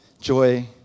joy